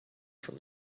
from